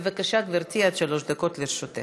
בבקשה, גברתי, עד שלוש דקות לרשותך.